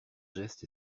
geste